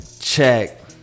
check